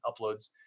uploads